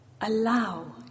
Allow